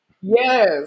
Yes